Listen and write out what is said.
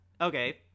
okay